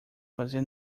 fazer